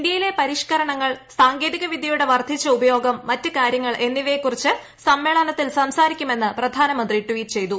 ഇന്ത്യയിലൂല പ്രിഷ്ക്കരണങ്ങൾ സാങ്കേതിക വിദ്യയുടെ വർദ്ധിച്ചു ഉപ്യോഗം മറ്റ് കാര്യങ്ങൾ എന്നിവയെക്കുറിച്ച് സമ്മേളന്റത്തിൽ സംസാരിക്കുമെന്ന് പ്രധാനമന്ത്രി ട്വീറ്റ് ചെയ്തു